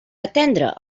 atendre